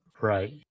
Right